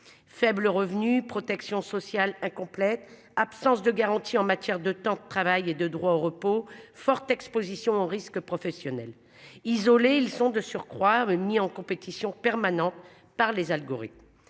faibles revenus protection sociale incomplètes, absence de garanties en matière de temps de travail et de droit au repos forte Exposition aux risques professionnels isolés, ils sont de surcroît ni en compétition permanent par les algorithmes.